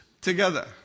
together